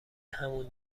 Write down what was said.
همون